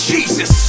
Jesus